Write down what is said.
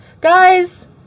guys